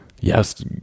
yes